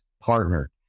partner